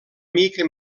mica